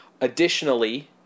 Additionally